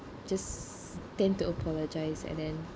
just tend to apologize and then